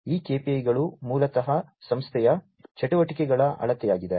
ಈ KPI ಗಳು ಮೂಲತಃ ಸಂಸ್ಥೆಯ ಚಟುವಟಿಕೆಗಳ ಅಳತೆಯಾಗಿದೆ